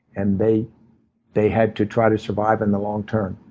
and they they had to try to survive in the long term.